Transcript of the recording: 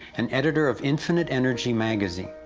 and editor of infinite energy magazine,